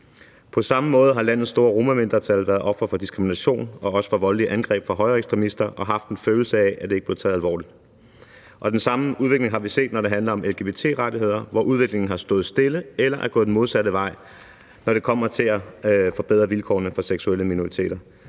På samme måde har landets store romamindretal været offer for diskrimination og også for voldelige angreb fra højreekstremister og har haft en følelse af, at det ikke blev taget alvorligt. Og den samme udvikling har vi set, når det handler om lgbt-rettigheder, hvor udviklingen har stået stille eller er gået den modsatte vej, når det kommer til at forbedre vilkårene for seksuelle minoriteter.